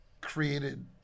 created